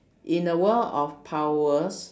in a world of powers